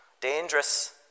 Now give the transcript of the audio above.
Dangerous